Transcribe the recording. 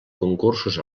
concursos